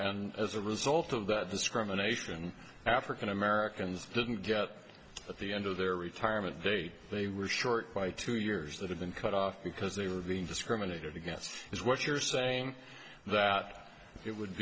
and as a result of that discrimination african americans didn't get at the end of their retirement day they were short by two years that had been cut off because they were being discriminated against is what you're saying that it would